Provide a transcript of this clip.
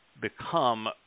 become